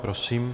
Prosím.